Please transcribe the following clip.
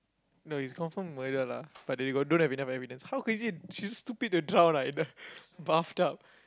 no is confirm murder lah but they don't have enough evidence how crazy she stupid to drown ah in the bath tub